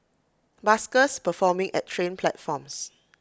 buskers performing at train platforms